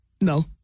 No